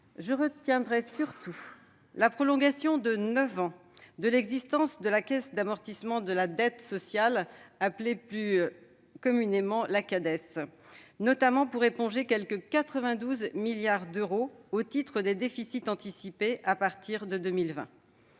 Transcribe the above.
je retiendrai surtout la prolongation de neuf ans de l'existence de la Caisse d'amortissement de la dette sociale (Cades), notamment pour éponger quelque 92 milliards d'euros au titre des déficits anticipés à partir de 2020.